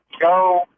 go